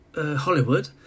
Hollywood